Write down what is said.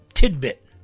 tidbit